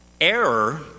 Error